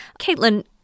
Caitlin